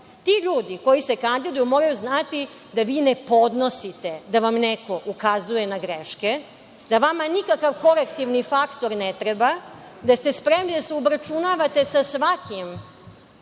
ljudi, koji se kandiduju, moraju znati da vi ne podnosite da vam neko ukazuje na greške, da vama nikakav kolektivni faktor ne treba, da ste spremni da se obračunavate sa svakim